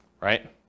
right